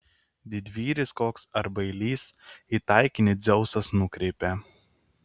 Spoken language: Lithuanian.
didvyris koks ar bailys į taikinį dzeusas nukreipia